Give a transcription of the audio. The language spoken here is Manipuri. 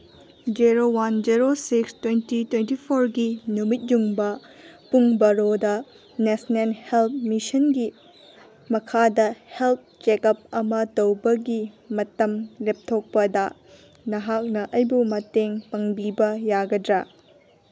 zero one zero six twenty twenty ꯐꯣꯔꯒꯤ ꯅꯨꯃꯤꯠ ꯌꯨꯡꯕ ꯄꯨꯡ ꯕꯥꯔꯣꯗ ꯅꯦꯁꯅꯦꯜ ꯍꯦꯜꯠ ꯃꯤꯁꯟꯒꯤ ꯃꯈꯥꯗ ꯍꯦꯜꯠ ꯆꯦꯛ ꯑꯞ ꯑꯃ ꯇꯧꯕꯒꯤ ꯃꯇꯝ ꯂꯦꯞꯊꯣꯛꯄꯗ ꯅꯍꯥꯛꯅ ꯑꯩꯕꯨ ꯃꯇꯦꯡ ꯄꯥꯡꯕꯤꯕ ꯌꯥꯒꯗ꯭ꯔꯥ